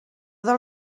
del